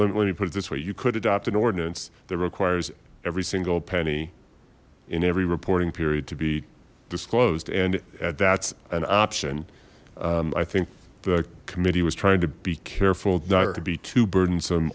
let me put it this way you could adopt an ordinance that requires every single penny in every reporting period to be disclosed and that's an option i think the committee was trying to be careful not to be too burdensome